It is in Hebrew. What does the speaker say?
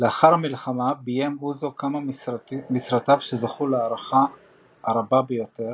לאחר המלחמה ביים אוזו כמה מסרטיו שזכו להערכה הרבה ביותר,